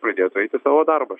pradėtų eiti savo darbą